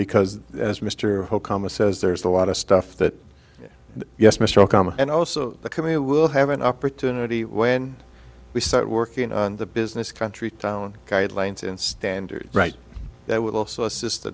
because as mr hope comma says there's a lot of stuff that yes mr okama and also the committee will have an opportunity when we start working on the business country town guidelines and standard right that will also assist the